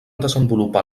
desenvolupar